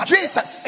Jesus